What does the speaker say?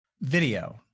Video